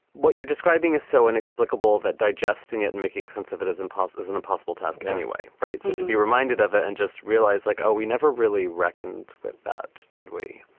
what you're describing is so inexplicable that digesting it and making sense of it as impulse, as an impossible task anyway. right. so to be reminded of it and just realize like, oh, we never really reckoned with that did we?